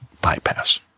bypass